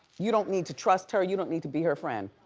you don't need to trust her, you don't need to be her friend.